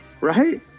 right